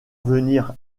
venir